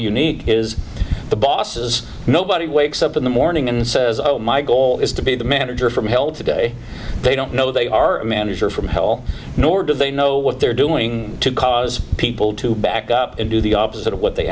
unique is the boss is nobody wakes up in the morning and says oh my goal is to be the manager from hell today they don't know they are a manager from hell nor do they know what they're doing to cause people to back up and do the opposite of what they